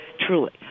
truly